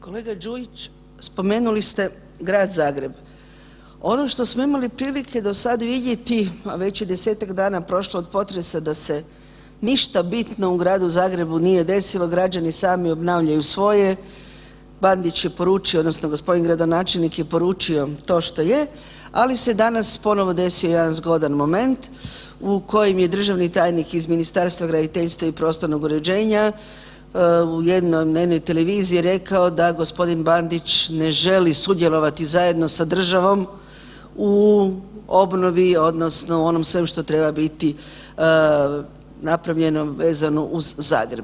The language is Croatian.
Kolega Đujić, spomenuli ste Grad Zagreb, ono što smo imali prilike do sada vidjeti, a već je 10-tak dana prošlo od potresa da se ništa bitno u Gradu Zagrebu nije desilo, građani sami obnavljaju svoje, Bandić je poručio odnosno gospodin gradonačelnik je poručio to što je, ali se danas ponovo desio jedan zgodan moment u kojem je državni tajnik iz Ministarstva graditeljstva i prostornog uređena u jednom dnevnoj televiziji rekao da gospodin Bandić ne želi sudjelovati zajedno sa državom u obnovi odnosno onom svemu što treba biti napravljeno vezano uz Zagreb.